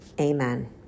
Amen